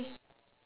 poor hor